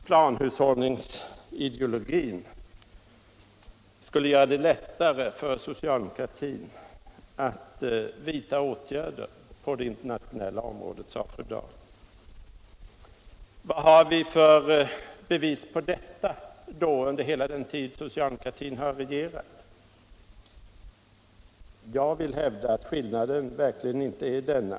Planhushållningsideologin gör det lättare för socialdemokratin att vidta åtgärder på det internationella området, sade fru Dahl. Vad har vi för bevis på det från hela den tid socialdemokratin regerat? Jag vill hävda att här verkligen inte föreligger några väsentliga skillnader.